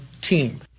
team